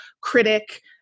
critic